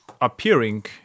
appearing